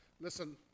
listen